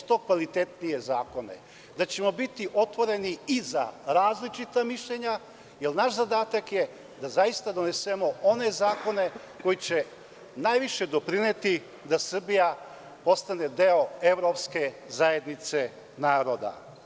što kvalitetnije zakone, da ćemo biti otvoreni i za različita mišljenja, jer naš zadatak je da donesemo one zakone koji će najviše doprineti da Srbija postane deo Evropske zajednice naroda.